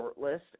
shortlist